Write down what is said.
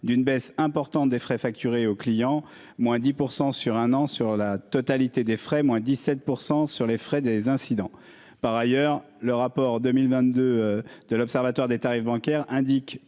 d'une baisse importante des frais facturés aux clients. Moins 10% sur un an. Sur la totalité des frais, moins 17% sur les frais des incidents. Par ailleurs, le rapport 2022 de l'Observatoire des tarifs bancaires indique